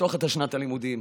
לפתוח את שנת הלימודים,